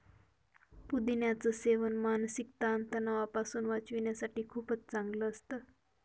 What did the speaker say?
पुदिन्याच सेवन मानसिक ताण तणावापासून वाचण्यासाठी खूपच चांगलं असतं